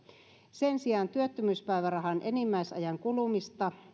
sen sijaan työttömyyspäivärahan enimmäisajan kulumista